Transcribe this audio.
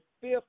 fifth